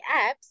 apps